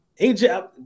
AJ